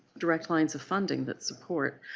direct lines of funding that support.